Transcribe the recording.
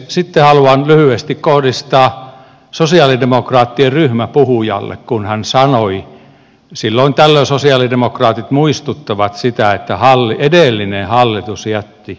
sitten haluan lyhyesti kohdistaa sosialidemokraattien ryhmäpuhujalle kun hän sanoi silloin tällöin sosialidemokraatit muistuttavat siitä että edellinen hallitus jätti velkaperintöä